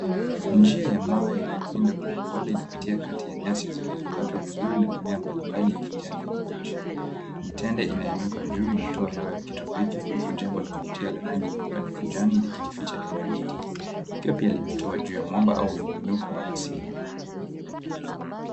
Njia ya mawe inayopinda kwa upole. Inapitia kati ya nyasi zilizokatwa vizuri na mimea mbalimbali ya kijani ya kibichi. Mitende inainuka juu, inatoa hewa ya kitropiki, huku jangwa la kuvutia la rangi nyeupe na kijani likijificha nyuma ya miti, likiwa pia limetua juu ya mwamba au muinuko wa asili.